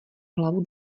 hlavu